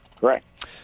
Correct